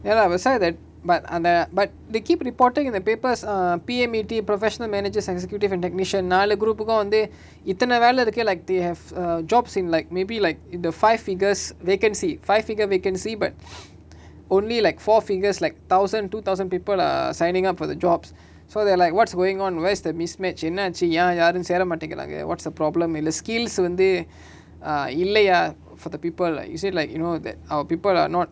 ya lah what's are that but அந்த:antha but they keep reporting in the papers ah P_M_E_T professional manager executive and technician நாலு:naalu group கு வந்து இத்தன வேல இருக்கு:ku vanthu ithana vela iruku like they have a job seemed like maybe like in the five figures vacancy five figure vacancy but only like four figures like thousand two thousand people are signing up for the jobs so they're like what's going on where's the mismatch என்னாச்சு யா யாரு சேர மாட்டிகுராங்க:ennaachu yaa yaaru sera maatikuraanga what's the problem skills வந்து:vanthu ah இல்லயா:illaya for the people lah you said like you know that our people are not